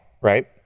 right